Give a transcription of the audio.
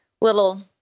little